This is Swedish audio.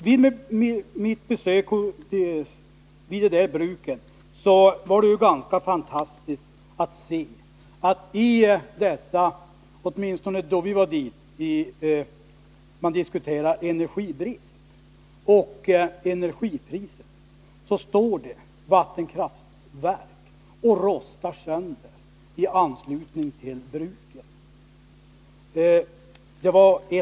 Vid mina besök på de av mig nämnda bruken var det ganska fantastiskt att se att medan man där — åtminstone då vi kom dit — diskuterar energibrist och energipriser, så står det ett vattenkraftverk i anslutning till bruket och rostar sönder!